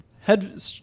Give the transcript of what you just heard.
head